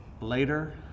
later